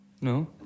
No